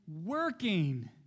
working